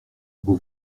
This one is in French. vous